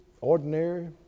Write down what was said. ordinary